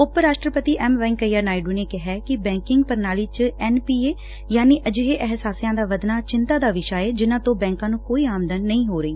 ਉਪ ਰਾਸ਼ਟਰਪਤੀ ਐਮ ਵੈਂਕਈਆ ਨਾਇਡੂ ਨੇ ਕਿਹਾ ਕਿ ਬੈਕਿੰਗ ਪ੍ਣਾਲੀ ਚ ਐਨ ਪੀ ਏ ਯਾਨੀ ਅਜਿਹੇ ਅਹਿਸਾਸਿਆ ਦਾ ਵੱਧਣਾ ਚਿਂਤਾ ਦਾ ਵਿਸ਼ਾ ਏ ਜਿਨ੍ਹਾਂ ਤੋਂ ਬੈਂਕਾਂ ਨੂੰ ਕੋਈ ਆਮਦਨ ਨਹੀਂ ਹੋ ਰਹੀ